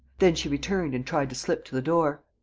then she returned and tried to slip to the door.